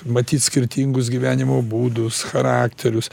matyt skirtingus gyvenimo būdus charakterius